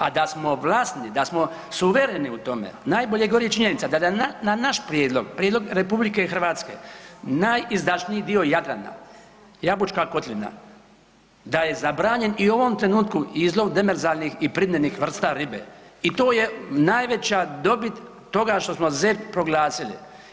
A da smo vlasni, da smo suvereni u tome najbolje govori činjenica da na naš prijedlog, na prijedlog RH, najizdašniji dio Jadrana, Jabučka kotlina, da je zabranjen i u ovom trenutku izlov demerzalnih i prirodnih vrsta ribe i to je najveća dobit toga što smo ZERP proglasili.